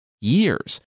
years